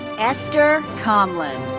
esther komlan.